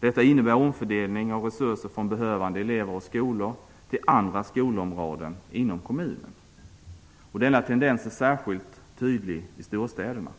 Detta innebär omfördelning av resurser från behövande elever och skolor till andra skolområden inom kommunen. Denna tendens är särskilt tydlig i storstäderna.